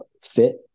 fit